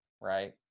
right